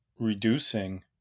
reducing